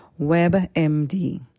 WebMD